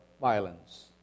violence